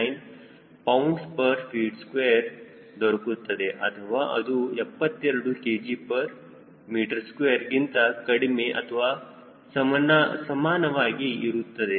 9 lbft2 ದೊರಕುತ್ತದೆ ಅಥವಾ ಅದು 72kgm2 ಗಿಂತ ಕಡಿಮೆ ಅಥವಾ ಸಮಾನವಾಗಿ ಇರುತ್ತದೆ